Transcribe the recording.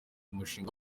umushinga